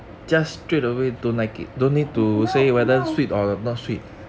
我我们要我们要